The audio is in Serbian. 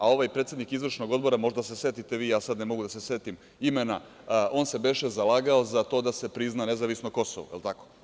A ovaj predsednik Izvršnog odbora, možda se setite vi, ja sad ne mogu da se setim imena, on se beše zalagao za to da se prizna nezavisno Kosovo, jel tako?